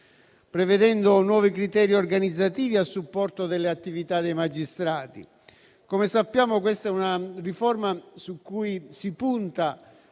prevedendo nuovi criteri organizzativi a supporto delle attività dei magistrati. Come sappiamo, questa è una riforma su cui tutti